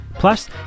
Plus